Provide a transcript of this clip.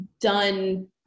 done